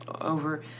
over